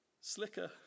slicker